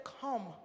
come